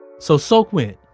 so sok went.